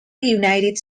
united